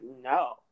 no